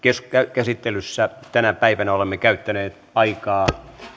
käsittelyssä tänä päivänä olemme käyttäneet aikaa